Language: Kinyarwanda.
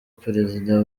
perezida